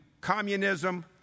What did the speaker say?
communism